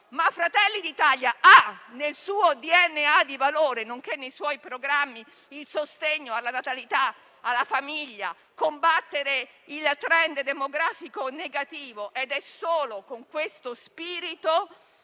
ma Fratelli d'Italia ha nel suo DNA di valore, nonché nei suoi programmi in sostegno alla natalità e alla famiglia, combattere il *trend* demografico negativo. È solo con questo spirito,